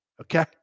okay